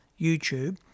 YouTube